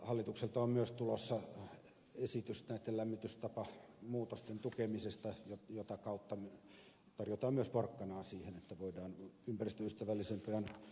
hallitukselta on myös tulossa esitys näitten lämmitystapamuutosten tukemisesta jota kautta tarjotaan myös porkkanaa siihen että voidaan ympäristöystävällisempään lämmitykseen siirtyä